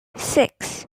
six